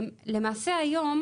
למעשה היום